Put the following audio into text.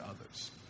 others